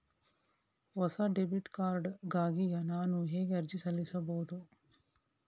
ಹೊಸ debit card ಗಾಗಿ ನಾನು ಹೇಗೆ ಅರ್ಜಿ ಸಲ್ಲಿಸುವುದು?